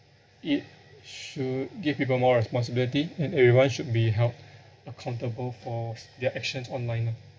it should give people more responsibility and everyone should be held accountable for their actions online lah